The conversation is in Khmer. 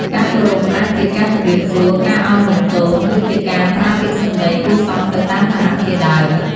ការគោរព អាចជាការជម្រាបសួរ ការឱនលំទោន ឫជាការប្រើពាក្យសម្ដីគួរសមទៅតាមឋានៈជាដើម។